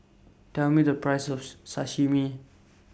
Tell Me The priceS of Sashimi